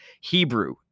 Hebrew